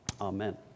Amen